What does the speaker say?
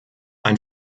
ein